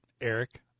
Eric